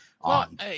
on